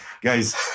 guys